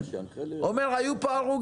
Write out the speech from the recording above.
אתה אומר, היו פה הרוגים.